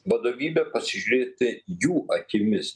vadovybe pasižiūrėti jų akimis